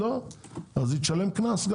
אז היא תשלם קנס.